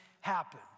happen